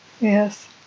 Yes